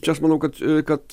čia aš manau kad kad